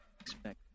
expect